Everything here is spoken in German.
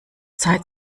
zeit